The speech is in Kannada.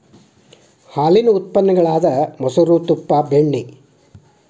ಹಾಲೇನ ಉತ್ಪನ್ನ ಗಳಾದ ಮೊಸರು, ತುಪ್ಪಾ, ಬೆಣ್ಣಿ